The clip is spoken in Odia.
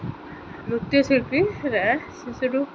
ଆମ ଓଡ଼ିଆ ଭାଷା ବହୁତ ଭଲ